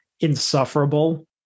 insufferable